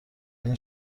این